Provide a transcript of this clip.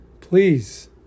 Please